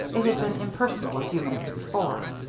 it had been impersonal a few minutes before.